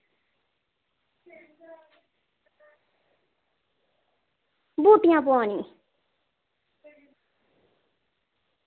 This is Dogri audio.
बूटियां पोआनियां